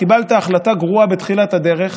קיבלת החלטה גרועה בתחילת הדרך,